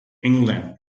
england